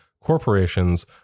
corporations